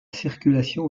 circulation